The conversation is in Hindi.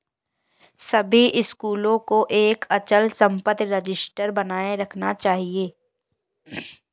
सभी स्कूलों को एक अचल संपत्ति रजिस्टर बनाए रखना चाहिए